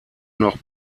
noch